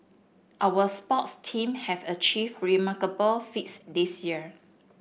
our sports team have achieved remarkable feats this year